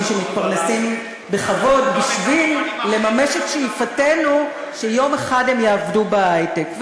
שמתפרנסים בכבוד בשביל לממש את שאיפתנו שיום אחד הם יעבדו בהיי-טק.